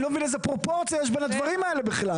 אני לא מבין איזה פרופורציה יש בין הדברים האלה בכלל?